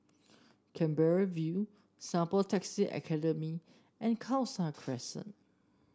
Canberra View Singapore Taxi Academy and Khalsa Crescent